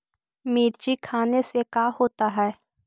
मिर्ची खाने से का होता है?